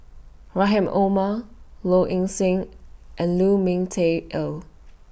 Rahim Omar Low Ing Sing and Lu Ming Teh Earl